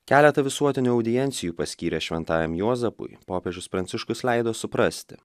keletą visuotinių audiencijų paskyręs šventajam juozapui popiežius pranciškus leido suprasti